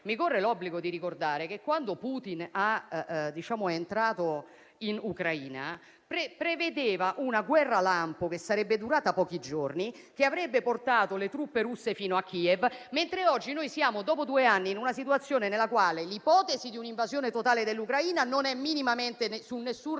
mi corre l'obbligo di ricordare che, quando Putin è entrato in Ucraina, per così dire, prevedeva una guerra lampo che sarebbe durata pochi giorni e avrebbe portato le truppe russe fino a Kiev, mentre oggi, dopo due anni, siamo in una situazione in cui l'ipotesi di un'invasione totale dell'Ucraina non è minimamente presa